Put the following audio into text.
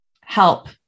help